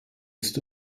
ist